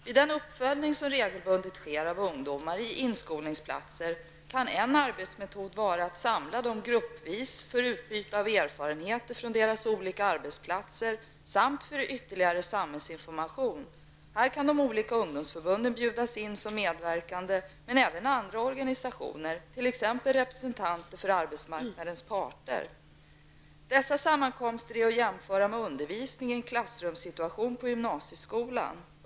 Vid den uppföljning som regelbundet sker av ungdomar i inskolningsplatser kan en arbetsmetod vara att samla dem gruppvis för utbyte av erfarenheter från deras olika arbetsplatser samt för ytterligare samhällsinformation. Härvid kan de olika ungdomsförbunden bjudas in som medverkande men även andra organisationer, t.ex. Dessa sammankomster är att jämföra med undervisning i en klassrumssituation på gymnasieskolan.